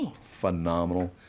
phenomenal